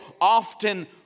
often